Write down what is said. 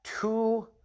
two